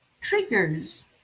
Triggers